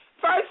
first